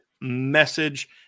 message